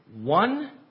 One